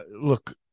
look